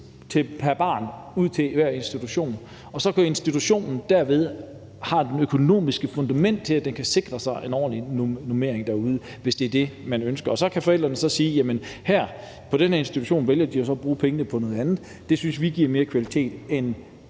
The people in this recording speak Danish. til hver institution, og så kunne institutionen derved have det økonomiske fundament til, at den kunne sikre sig en ordentlig normering derude, hvis det er det, man ønsker. Så kan forældrene sige: På den her institution vælger de så at bruge pengene på noget andet; det synes vi giver mere kvalitet end